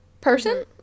person